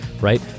right